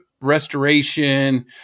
restoration